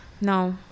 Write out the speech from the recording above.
no